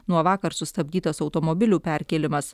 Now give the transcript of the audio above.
nuo vakar sustabdytas automobilių perkėlimas